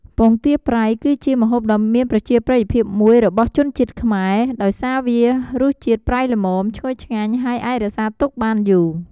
ពងទាប្រៃ គឺជាម្ហូបដ៏មានប្រជាប្រិយភាពមួយរបស់ជនជាតិខ្មែរ ដោយសារវារសជាតិប្រៃល្មម ឈ្ងុយឆ្ងាញ់ ហើយអាចរក្សាទុកបានយូរ។